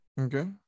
Okay